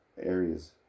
areas